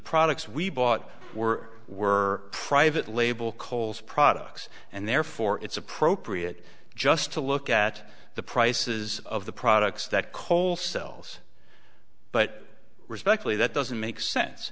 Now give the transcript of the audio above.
products we bought were were private label coles products and therefore it's appropriate just to look at the prices of the products that coal sells but respectfully that doesn't make sense